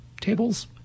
tables